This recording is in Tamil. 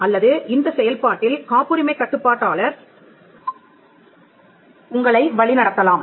அல்லது இந்தச் செயல்பாட்டில் காப்புரிமைக் கட்டுப்பாட்டாளர் உங்களை வழி நடத்தலாம்